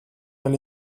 del